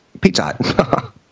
pizza